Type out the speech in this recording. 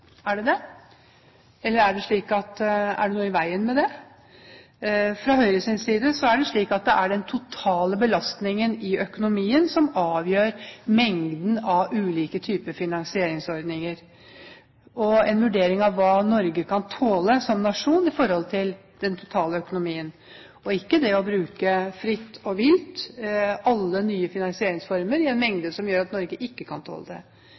Er det det? Eller er det slik at det er noe i veien med det? Fra Høyres side ser vi det slik at det er den totale belastningen i økonomien som avgjør mengden av ulike typer finansieringsordninger og en vurdering av hva Norge kan tåle som nasjon i forhold til den totale økonomien, og at man ikke kan bruke fritt og vilt alle nye finansieringsformer i et omfang som gjør at Norge ikke kan tåle det.